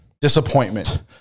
disappointment